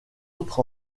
autres